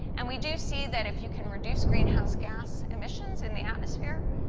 and we do see that if you can reduce greenhouse gas emissions in the atmosphere,